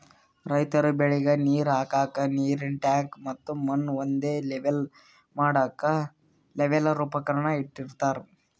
ರೈತರ್ ಬೆಳಿಗ್ ನೀರ್ ಹಾಕ್ಕಕ್ಕ್ ನೀರಿನ್ ಟ್ಯಾಂಕ್ ಮತ್ತ್ ಮಣ್ಣ್ ಒಂದೇ ಲೆವೆಲ್ ಮಾಡಕ್ಕ್ ಲೆವೆಲ್ಲರ್ ಉಪಕರಣ ಇಟ್ಟಿರತಾರ್